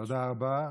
תודה רבה.